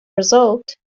result